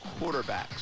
quarterbacks